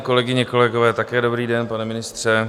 Kolegyně, kolegové, také dobrý den, pane ministře.